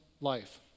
life